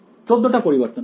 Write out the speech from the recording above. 14 টা পরিবর্তনশীল